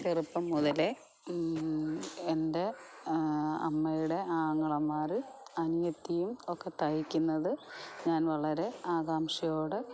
ചെറുപ്പം മുതലേ എൻ്റെ അമ്മയുടെ ആങ്ങളമാർ അനിയത്തിയും ഒക്കെ തയ്ക്കുന്നത് ഞാൻ വളരെ ആകാംക്ഷയോടെ